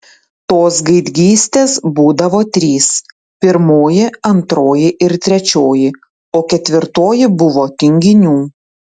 tos gaidgystės būdavo trys pirmoji antroji ir trečioji o ketvirtoji buvo tinginių